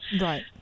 Right